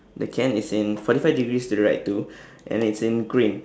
the can is in forty five degrees to the right too and then it's in green